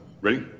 Ready